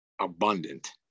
abundant